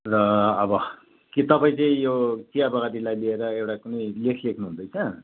र अब के तपाईँ चाहिँ यो चिया लिएर एउटा कुनै लेख लेख्नु हुँदैछ